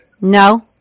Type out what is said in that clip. no